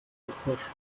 gepfuscht